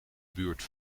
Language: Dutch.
buurt